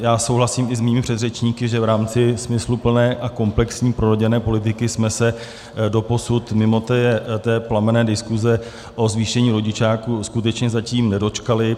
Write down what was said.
Já souhlasím i se svými předřečníky, že v rámci smysluplné a komplexní prorodinné politiky jsme se doposud mimo té plamenné diskuze o zvýšení rodičáku skutečně zatím nedočkali.